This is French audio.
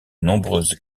nombreuses